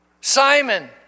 Simon